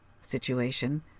situation